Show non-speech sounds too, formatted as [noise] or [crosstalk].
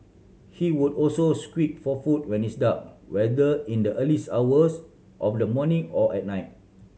he would also squeak for food when it's dark whether in the early [unintelligible] hours of the morning or at night